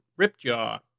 Ripjaw